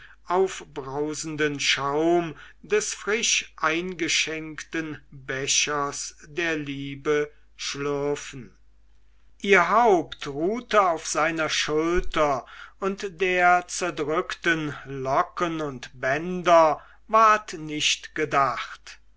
aufbrausenen schaum des frisch eingeschenkten bechers der liebe schlürfen ihr haupt ruhte auf seiner schulter und der zerdrückten locken und bänder ward nicht gedacht